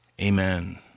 Amen